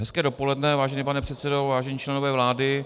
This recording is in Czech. Hezké dopoledne, vážený pane předsedo, vážení členové vlády.